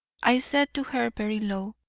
i said to her very low,